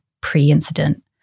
pre-incident